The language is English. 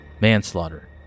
manslaughter